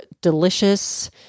delicious